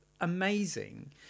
amazing